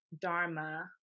dharma